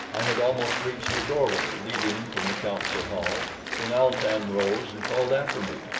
i had almost reached the doorway leading from the council-hall when al-tan rose and called after me.